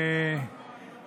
אני לא מבין.